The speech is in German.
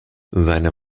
seine